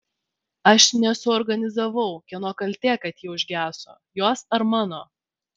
aš nesuorganizavau kieno kaltė kad ji užgeso jos ar mano